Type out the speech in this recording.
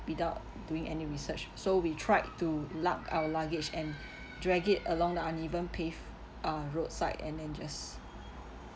without doing any research so we tried to lug our luggage and drag it along the uneven pave~ uh roadside and then just